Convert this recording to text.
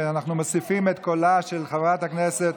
אנחנו מוסיפים את קולה של חברת הכנסת